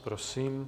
Prosím.